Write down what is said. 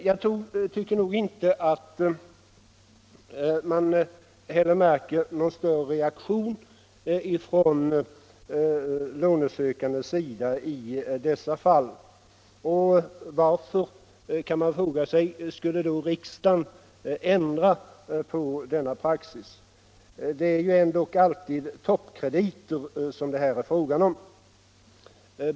Jag tycker nog inte att man heller märker någon större reaktion från lånsökandens sida i dessa fall. Varför, kan man fråga sig, skulle då riksdagen ändra på denna praxis? Det är ändå alltid toppkrediter som det här är fråga om.